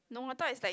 no I thought is like